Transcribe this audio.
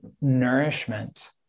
nourishment